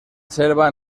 selva